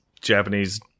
Japanese